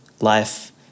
life